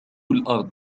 الأرض